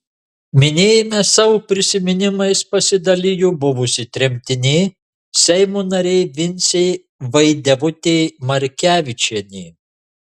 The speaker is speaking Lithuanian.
minėjime savo prisiminimais pasidalijo buvusi tremtinė seimo narė vincė vaidevutė markevičienė